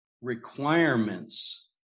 requirements